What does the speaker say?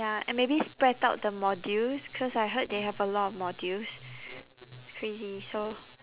ya and maybe spread out the modules cause I heard they have a lot of modules crazy so